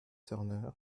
turner